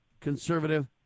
conservative